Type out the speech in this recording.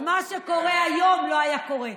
אז מה שקורה היום לא קורה.